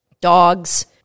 dogs